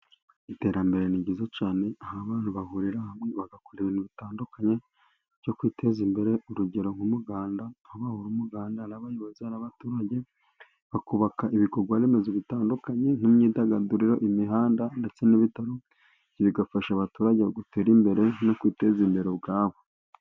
Iterambere ni ryiza cyane, aho abantu bahurira hamwe bagakora ibintu bitandukanye byo kwiteza imbere. Urugero nk'umuganda, aho bahura mu muganda ari abayobozi ari n'abaturage, bakubaka ibikorwaremezo bitandukanye nk'imyidagaduriro, imihanda ndetse n'ibitaro. Bigafasha abaturage gutera imbere no kwiteza imbere ubwabo.